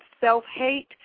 self-hate